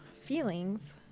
feelings